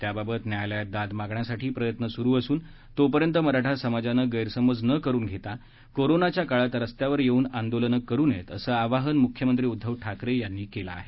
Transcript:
त्याबाबत न्यायालयात दाद मागण्यासाठी प्रयत्न सुरू असून तोपर्यंत मराठा समाजाने गैरसमज न करून घेता या कोरोनाच्या काळात रस्त्यावर येऊन आंदोलनं करु नये असं आवाहन मुख्यमंत्री उद्दव ठाकरे यांनी केलं आहे